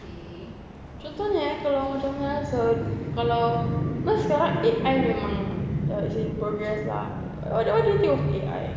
tapi contohnya eh kalau macam now's the kalau cause sekarang A_I memang is in progress lah what what do you think of A_I